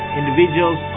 individuals